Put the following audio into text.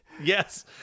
Yes